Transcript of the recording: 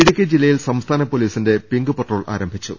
ഇടുക്കി ജില്ലയിൽ സംസ്ഥാന പൊലീസിന്റെ പിങ്ക് പട്രോൾ ആരംഭിച്ചു